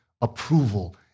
approval